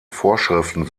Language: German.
vorschriften